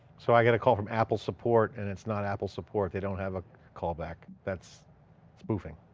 so i get a call from apple support and it's not apple support. they don't have a callback, that's spoofing?